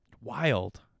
wild